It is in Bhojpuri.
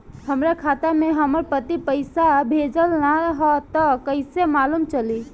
हमरा खाता में हमर पति पइसा भेजल न ह त कइसे मालूम चलि?